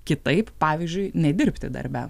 kitaip pavyzdžiui nedirbti darbe